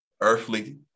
earthly